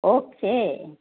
okay